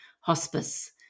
hospice